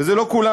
וזה לא כולם,